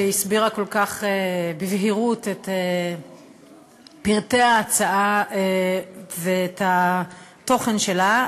שהסבירה כל כך בבהירות את פרטי ההצעה ואת התוכן שלה.